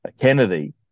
Kennedy